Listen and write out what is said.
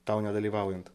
tau nedalyvaujant